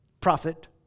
Prophet